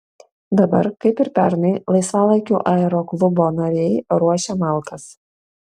dabar kaip ir pernai laisvalaikiu aeroklubo nariai ruošia malkas